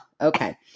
Okay